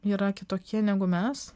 yra kitokie negu mes